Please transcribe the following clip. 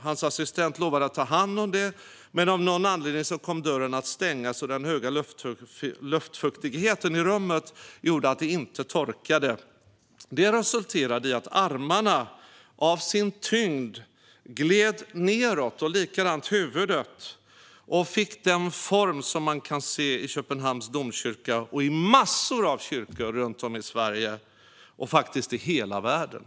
Hans assistent lovade att ta hand om det. Men av någon anledning kom dörren att stängas, och den höga luftfuktigheten i rummet gjorde att gipset inte torkade. Det resulterade i att armarna av sin tyngd gled nedåt, och likadant gjorde huvudet. Statyn fick då den form som man kan se i Köpenhamns domkyrka och i massor av kyrkor runt om i Sverige och faktiskt hela världen.